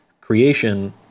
creation